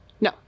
No